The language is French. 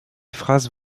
phrases